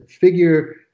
figure